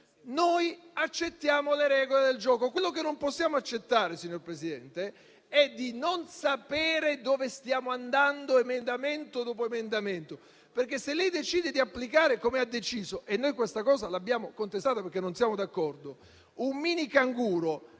noi accettiamo le regole del gioco. Quello che non possiamo accettare, signor Presidente, è di non sapere dove stiamo andando emendamento dopo emendamento, perché se lei decide di applicare - come ha deciso e noi questa cosa l'abbiamo contestata, perché non siamo d'accordo - un minicanguro,